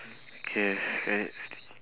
K alright